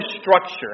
structure